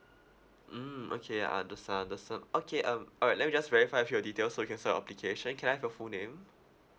mm okay ah the s~ ah the s~ okay um alright let me just verify with your details so I can start your application can I have your full name